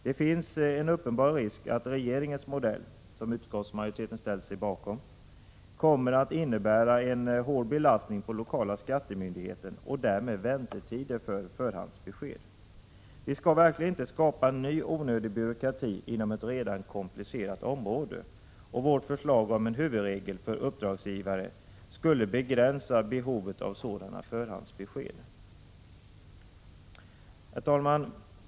Det finns en uppenbar risk att regeringens modell, som utskottsmajoriteten ställt sig bakom, kommer att innebära en hård belastning på lokala skattemyndigheten och därmed väntetider för förhandsbesked. Vi skall verkligen inte skapa en ny onödig byråkrati inom ett redan komplicerat område. Vårt förslag om en huvudregel för uppdragsgivare skulle begränsa behovet av sådana förhandsbesked. Herr talman!